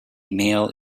male